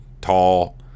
tall